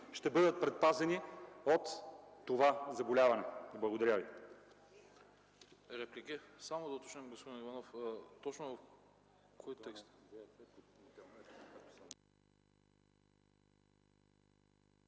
ще бъдат предпазени от това заболяване. Благодаря.